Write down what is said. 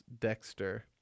Dexter